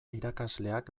irakasleak